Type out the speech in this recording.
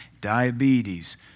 diabetes